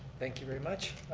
thank you very much.